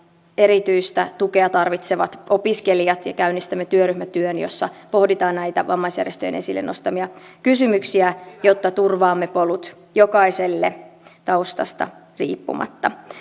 erityistä tukea tarvitsevat opiskelijat käynnistämme työryhmätyön jossa pohditaan näitä vammaisjärjestöjen esille nostamia kysymyksiä jotta turvaamme polut jokaiselle taustasta riippumatta